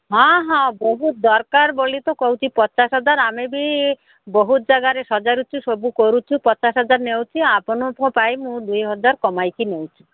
ହଁ ହଁ ବହୁତ ଦରକାର ବୋଲି ତ କହୁଛି ପଚାଶ ହଜାର ଆମେ ବି ବହୁତ ଜାଗାରେ ସଜାଡ଼ୁଛୁ ସବୁ କରୁଛୁ ପଚାଶ ହଜାର ନେଉଛି ଆପଣଙ୍କ ପାଇଁ ମୁଁ ଦୁଇ ହଜାର କମାଇକି ନେଉଛି